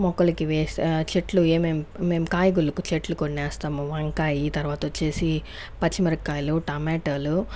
మొక్కలకు వేసి చెట్లు ఏమేం మేము కాయగూరలకు చెట్లు కొన్ని వేస్తాము వంకాయి తర్వాత వచ్చేసి పచ్చిమిరపకాయలు టమాటాలు